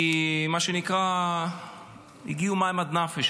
כי מה שנקרא הגיעו מים עד נפש.